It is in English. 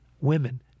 women